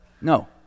No